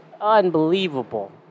unbelievable